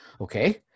Okay